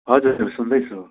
हजुर हजुर सुन्दैछु